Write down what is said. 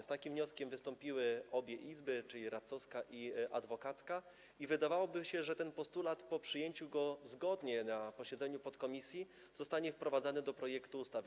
Z takim wnioskiem wystąpiły obie izby, czyli radcowska i adwokacka, i wydawałoby się, że ten postulat po przyjęciu go zgodnie na posiedzeniu podkomisji zostanie wprowadzony do projektu ustawy.